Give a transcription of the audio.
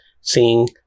seeing